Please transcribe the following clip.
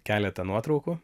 keletą nuotraukų